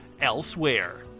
Elsewhere